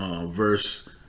verse